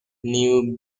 new